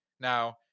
Now